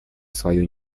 свою